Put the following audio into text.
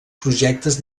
projectes